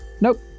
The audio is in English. nope